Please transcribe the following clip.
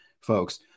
folks